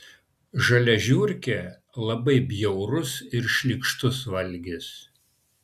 žalia žiurkė labai bjaurus ir šlykštus valgis